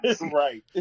Right